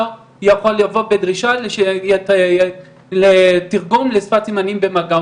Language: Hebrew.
יכול לבוא בדרישה לתרגום לשפת סימנים במגע.